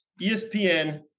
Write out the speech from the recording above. ESPN